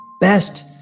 best